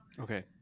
Okay